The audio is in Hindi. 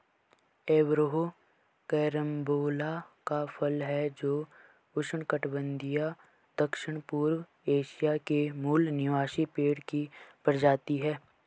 एवरोहो कैरम्बोला का फल है जो उष्णकटिबंधीय दक्षिणपूर्व एशिया के मूल निवासी पेड़ की प्रजाति है